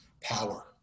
power